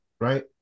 Right